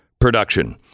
production